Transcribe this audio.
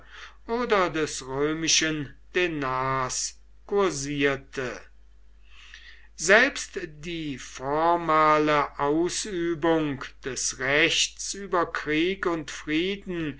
oder des römischen denars kursierte selbst die formale ausübung des rechts über krieg und frieden